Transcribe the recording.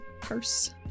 purse